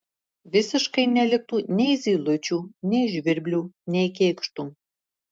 visiškai neliktų nei zylučių nei žvirblių nei kėkštų